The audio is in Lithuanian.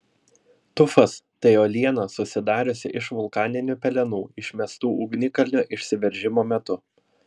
tufas tai uoliena susidariusi iš vulkaninių pelenų išmestų ugnikalnio išsiveržimo metu